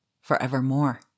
forevermore